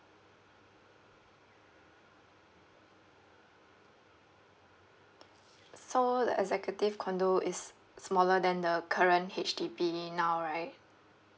so the executive condo is smaller than the current H_D_B now right